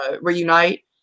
reunite